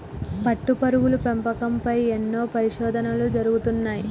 పట్టుపురుగుల పెంపకం పై ఎన్నో పరిశోధనలు జరుగుతున్నాయి